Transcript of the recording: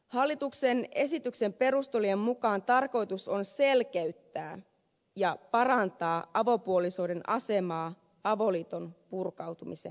hallituksen esityksen perustelujen mukaan tarkoitus on selkeyttää ja parantaa avopuolisoiden asemaa avoliiton purkautumisen yhteydessä